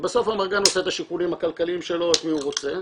ובסוף האמרגן עושה את השיקולים הכלכליים שלו את מי הוא רוצה,